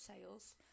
sales